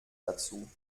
dazu